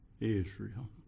Israel